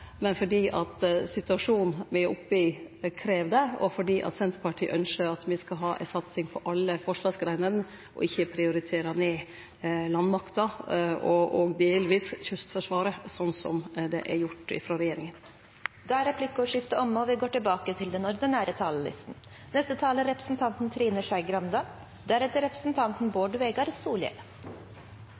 men fordi situasjonen me er oppe i, krev det, og fordi Senterpartiet ynskjer at me skal ha ei satsing på alle forsvarsgreinene og ikkje prioritere ned landmakta og delvis kystforsvaret, slik som det er gjort frå regjeringa. Replikkordskiftet er omme. Venstre gikk inn i arbeidet med denne planen med følgende mål: styrke Hæren og Heimevernet. Vår hovedutfordring med den